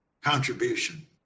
contribution